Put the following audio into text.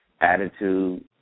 attitude